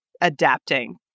adapting